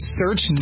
search